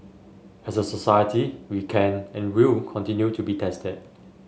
as a society we can and will continue to be tested